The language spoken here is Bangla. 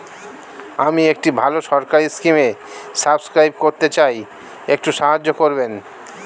আমি একটি ভালো সরকারি স্কিমে সাব্সক্রাইব করতে চাই, একটু সাহায্য করবেন?